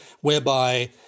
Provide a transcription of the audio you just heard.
whereby